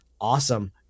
awesome